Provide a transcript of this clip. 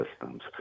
systems